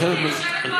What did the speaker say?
יושבת פה השרה,